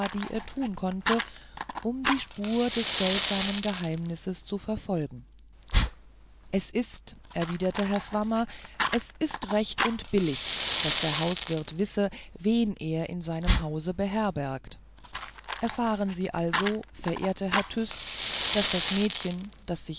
die er tun konnte um die spur des seltsamen geheimnisses zu verfolgen es ist erwiderte herr swammer es ist recht und billig daß der hauswirt wisse wen er in seinem hause beherbergt erfahren sie also verehrter herr tyß daß das mädchen das